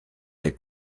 del